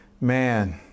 Man